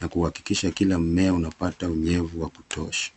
na kuhakikisha kila mmea unapata unyevu wa kutosha.